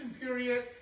period